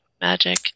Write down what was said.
magic